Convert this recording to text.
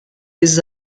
des